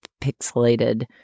pixelated